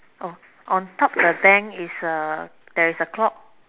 oh on top the bank is a there's a clock